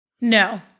No